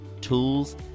tools